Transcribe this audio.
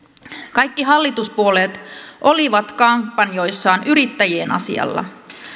kaikki hallituspuolueet olivat kampanjoissaan yrittäjien asialla